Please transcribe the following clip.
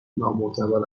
نامعتبر